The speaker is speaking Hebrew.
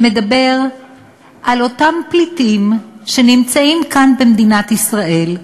מדבר על אותם פליטים שנמצאים כאן, במדינת ישראל,